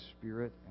Spirit